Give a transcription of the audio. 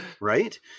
Right